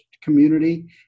community